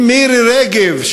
אם מירי רגב,